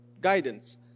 guidance